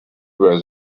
where